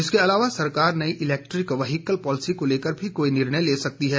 इसके अलावा सरकार नई इलेक्ट्रिक व्हीकल पॉलिसी को लेकर भी कोई निर्णय ले सकती है